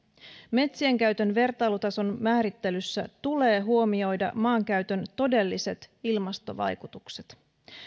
metsien käytön vertailutason määrittelyssä tulee huomioida maankäytön todelliset ilmastovaikutukset